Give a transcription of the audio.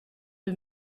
eux